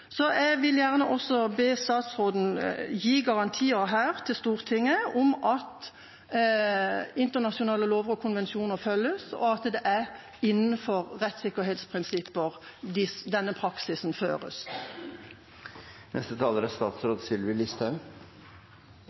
Så jeg vil gjerne også be statsråden gi garantier her til Stortinget om at internasjonale lover og konvensjoner følges, og at denne praksisen føres